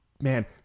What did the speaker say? man